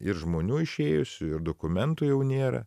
ir žmonių išėjusių ir dokumentų jau nėra